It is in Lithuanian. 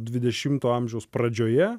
dvidešimto amžiaus pradžioje